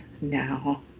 now